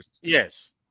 Yes